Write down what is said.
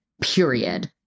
period